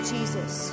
Jesus